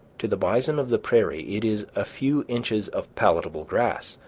to the bison of the prairie it is a few inches of palatable grass,